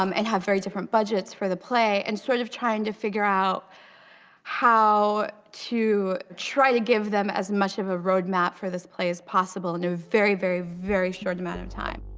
um and have very different budgets for the play and sort of trying to figure out how to try to give them as much of a road map for this play as possible and very, very, very short amount of time.